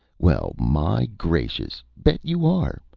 well my gracious bet you are!